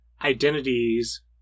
identities